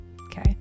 Okay